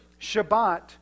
Shabbat